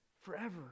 forever